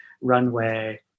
runway